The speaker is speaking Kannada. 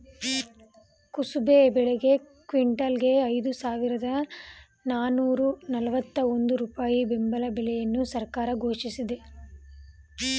ಕುಸುಬೆ ಬೆಳೆಗೆ ಕ್ವಿಂಟಲ್ಗೆ ಐದು ಸಾವಿರದ ನಾನೂರ ನಲ್ವತ್ತ ಒಂದು ರೂಪಾಯಿ ಬೆಂಬಲ ಬೆಲೆಯನ್ನು ಸರ್ಕಾರ ಘೋಷಿಸಿದೆ